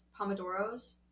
pomodoros